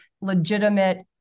legitimate